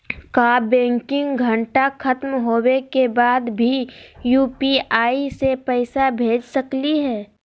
का बैंकिंग घंटा खत्म होवे के बाद भी यू.पी.आई से पैसा भेज सकली हे?